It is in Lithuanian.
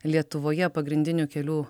lietuvoje pagrindinių kelių